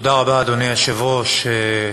אדוני היושב-ראש,